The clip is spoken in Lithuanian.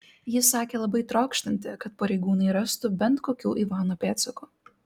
ji sakė labai trokštanti kad pareigūnai rastų bent kokių ivano pėdsakų